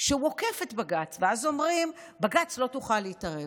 שעוקף את בג"ץ, ואז אומרים: בג"ץ, לא תוכל להתערב.